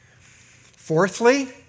Fourthly